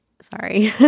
Sorry